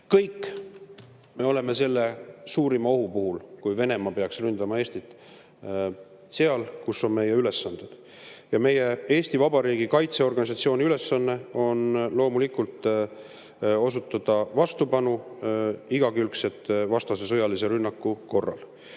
Kõik me oleme selle suurima ohu puhul, kui Venemaa peaks ründama Eestit, seal, kus me peame oma ülesandeid täitma. Eesti Vabariigi kaitseorganisatsiooni ülesanne on loomulikult osutada vastase sõjalise rünnaku korral